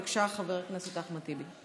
בבקשה, חבר הכנסת אחמד טיבי.